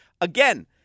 Again